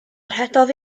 rhedodd